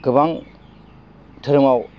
गोबां धोरोमाव